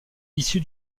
issu